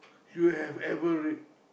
you have ever read